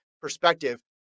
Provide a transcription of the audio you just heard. perspective